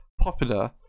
popular